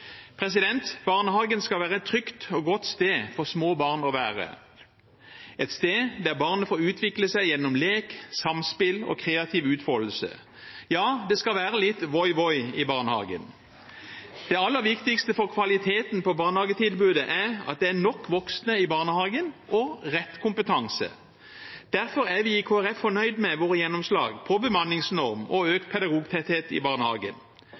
Barnehagen skal være et trygt og godt sted for små barn å være – et sted der barnet får utvikle seg gjennom lek, samspill og kreativ utfoldelse. Ja, det skal være litt «voi, voi» i barnehagen. Det aller viktigste for kvaliteten på barnehagetilbudet er at det er nok voksne i barnehagen og rett kompetanse. Derfor er vi i Kristelig Folkeparti fornøyd med våre gjennomslag for bemanningsnorm og økt pedagogtetthet i barnehagen.